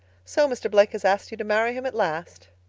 so mr. blake has asked you to marry him at last?